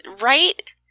Right